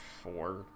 four